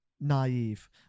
naive